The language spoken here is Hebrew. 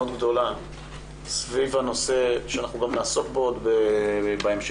גדולה סביב הנושא שאנחנו גם נעסוק בו בהמשך,